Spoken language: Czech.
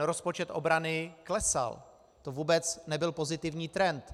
Rozpočet obrany klesal, to vůbec nebyl pozitivní trend.